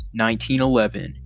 1911